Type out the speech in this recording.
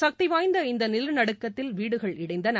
சக்தி வாய்ந்த இந்த நிலநடுக்கதில் வீடுகள் இடிந்தன